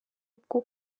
bwo